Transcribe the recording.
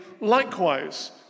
likewise